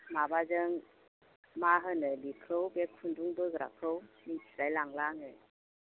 माबाजों मा होनो बेखौ बे खुन्दुं बोग्राखौ मिथिला आङो